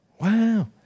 Wow